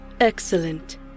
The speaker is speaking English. Excellent